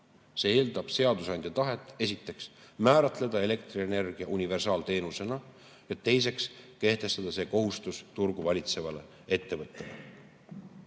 See eeldab esiteks seadusandja tahet määratleda elektrienergia universaalteenusena ja teiseks tahet kehtestada see kohustus turgu valitsevale ettevõttele.